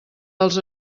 dels